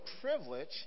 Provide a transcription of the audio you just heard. privilege